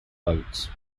boats